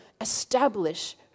establish